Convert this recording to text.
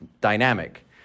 dynamic